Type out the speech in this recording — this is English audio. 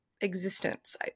existence